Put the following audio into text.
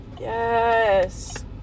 Yes